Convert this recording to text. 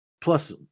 plus